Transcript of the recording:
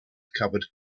covered